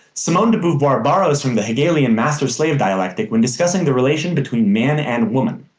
simone de beauvoir borrows from the hegelian master slave dialectic when discussing the relation between man and woman.